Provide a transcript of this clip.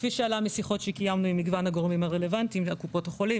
כפי שעלה משיחות שקיימנו עם מגוון הגורמים הרלוונטיים קופות החולים,